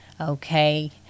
Okay